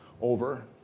over